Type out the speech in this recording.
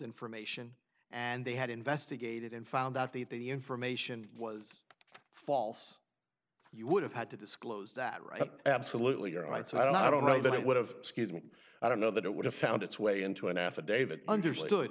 information and they had investigated and found out that the information was false you would have had to disclose that right absolutely right so i don't know that it would have scuse me i don't know that it would have found its way into an affidavit understood